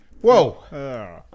Whoa